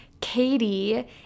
Katie